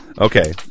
Okay